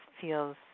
feels